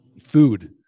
food